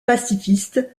pacifistes